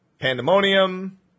Pandemonium